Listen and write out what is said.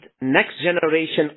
next-generation